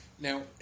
Now